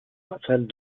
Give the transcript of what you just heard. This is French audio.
rafales